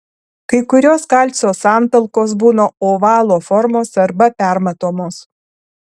kai kurios kalcio santalkos būna ovalo formos arba permatomos